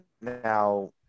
now